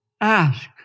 ask